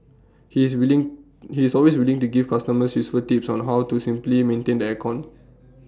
he is willing he is always willing to give customers useful tips on how to simply maintain the air con